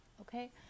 okay